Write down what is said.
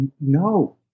no